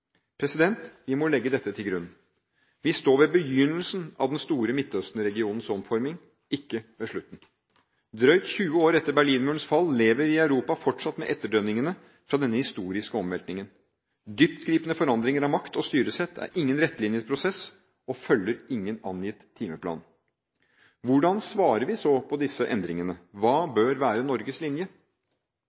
Vi må legge dette til grunn: Vi står ved begynnelsen av den store Midtøsten-regionens omforming, ikke ved slutten. Drøye 20 år etter Berlinmurens fall lever vi i Europa fortsatt med etterdønningene fra denne historiske omveltningen. Dyptgripende forandringer av makt og styresett er ingen rettlinjet prosess og følger ingen angitt timeplan. Hvordan svarer vi så på disse endringene? Hva bør være Norges linje?